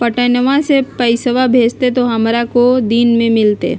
पटनमा से पैसबा भेजते तो हमारा को दिन मे मिलते?